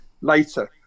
later